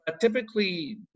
Typically